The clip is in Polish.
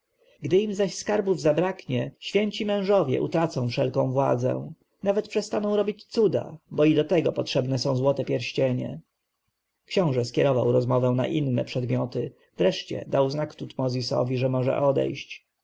im zaś skarbów zabraknie święci mężowie utracą wszelką władzę nawet przestaną robić cuda bo i do tego potrzebne są złote pierścienie książę skierował rozmowę na inne przedmioty wreszcie dał znak tutmozisowi że może odejść